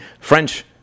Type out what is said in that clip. French